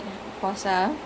hari raya ya